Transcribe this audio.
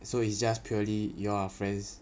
so it's just purely you all are friends